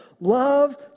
Love